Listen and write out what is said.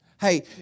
Hey